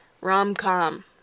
rom-com